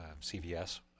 cvs